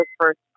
first